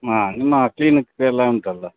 ಹಾಂ ನಿಮ್ಮ ಕ್ಲಿನಿಕ್ ಎಲ್ಲ ಉಂಟಲ್ಲ